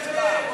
איזה שר המשפטים?